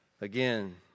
again